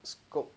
scope